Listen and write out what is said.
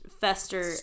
fester